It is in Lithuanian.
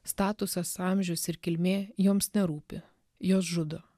statusas amžius ir kilmė joms nerūpi jos žudo